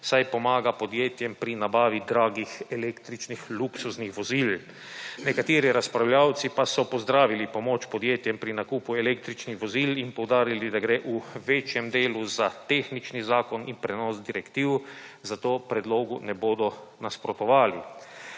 saj pomaga podjetjem pri nabavi dragih električnih luksuznih vozil. Nekateri razpravljavci pa so pozdravili pomoč podjetjem pri nakupu električnih vozil in poudarili, da gre v večjem delu za tehnični zakon in prenos direktiv, zato predlogu ne bodo nasprotovali.